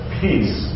peace